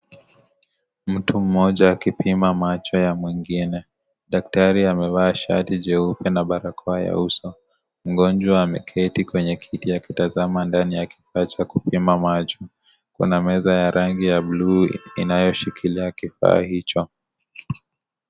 Mtu mmoja akipima macho ya mwingine. Daktari amevaa shati jeupe na barakoa ya uso. Mgonjwa ameketi kwenye kiti akitazama ndani ya kifaa cha kupima macho. Kuna meza ya rangi ya bluu inayoshikilia kifaa hicho.